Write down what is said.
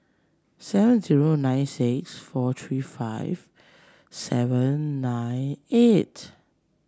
seven zero nine six four three five seven nine eight